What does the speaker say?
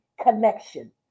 connection